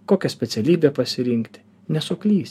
kokią specialybę pasirinkti nesuklys